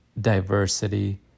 diversity